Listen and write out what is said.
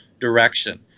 direction